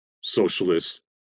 socialist